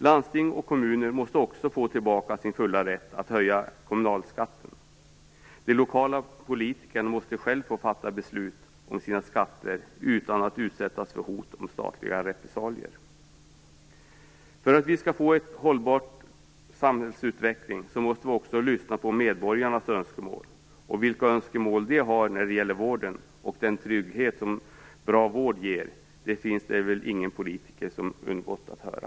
Landsting och kommuner måste också få tillbaka sin fulla rätt att höja kommunalskatten. De lokala politikerna måste själv få fatta beslut om sina skatter utan att utsättas för hot om statliga repressalier. För att vi skall få en hållbar samhällsutveckling måste vi också lyssna på medborgarnas önskemål. Vilka önskemål de har när det gäller vården och den trygghet som bra vård ger har väl ingen politiker undgått att höra.